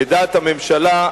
לדעת הממשלה,